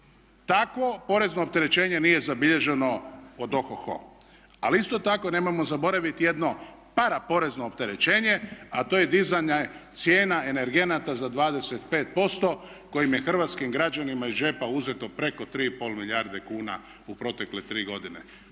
Takvo porezno opterećenje nije zabilježeno od o-ho-ho. Ali isto tako nemojmo zaboraviti jedno para porezno opterećenje, a to je dizanje cijena energenata za 25% kojim je hrvatskim građanima iz džepa uzeto preko 3,5 milijarde kuna u protekle 3 godine.